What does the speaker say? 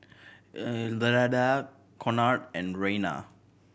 Ilda Conard and Reina